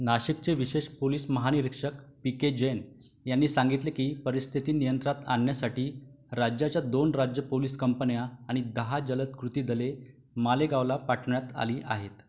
नाशिकचे विशेष पोलिस महानिरीक्षक पी के जैन यांनी सांगितले की परिस्थिती नियंत्रणात आणण्यासाठी राज्याच्या दोन राज्य पोलिस कंपन्या आणि दहा जलद कृती दले मालेगावला पाठवण्यात आली आहेत